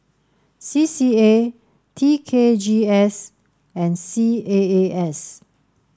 C C A T K G S and C A A S